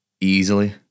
easily